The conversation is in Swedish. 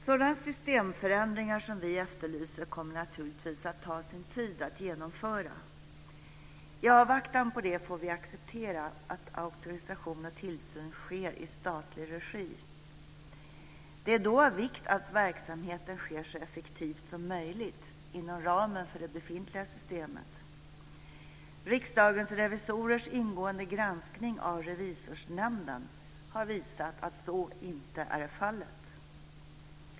Sådana systemförändringar som vi efterlyser kommer det naturligtvis att ta sin tid att genomföra. I avvaktan på det får vi acceptera att auktorisation och tillsyn sker i statlig regi. Det är då av vikt att verksamheten sker så effektivt som möjligt inom ramen för det befintliga systemet. Riksdagens revisorers ingående granskning av Revisorsnämnden har visat att så inte är fallet.